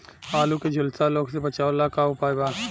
आलू के झुलसा रोग से बचाव ला का उपाय बा?